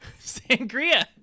Sangria